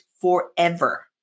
forever